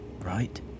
Right